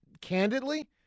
candidly